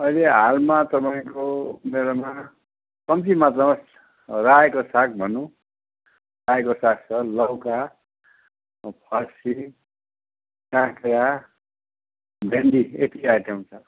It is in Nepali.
अहिले हालमा तपाईँको मेरोमा कम्ती मात्रामा रायोको साग भनौँ रायोको साग छ लौका फर्सी काँक्रा भेन्डी यति आइटम छ